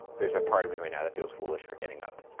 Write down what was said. there's a part of me right now that feels foolish for getting up,